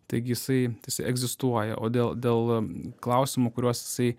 taigi jisai jisai egzistuoja o dėl dėl klausimų kuriuos jisai